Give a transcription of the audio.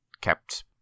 kept